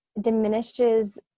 diminishes